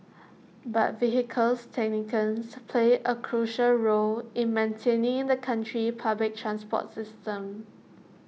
but vehicle technicians play A crucial role in maintaining the country's public transport system